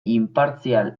inpartzial